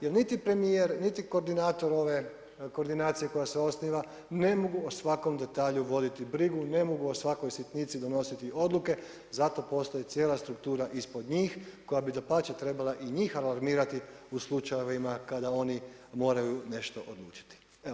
Jer niti premjer niti koordinator ove koordinacije koja se osniva, ne mogu o svakom detalju voditi brigu, ne mogu o svakoj sitnici donositi odluke, zato postoji cijela struktura ispod njih, koja bi dapače trebala i njih alarmirati u slučajevima kada oni moraju nešto odlučiti.